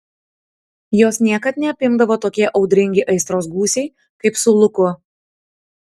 jos niekad neapimdavo tokie audringi aistros gūsiai kaip su luku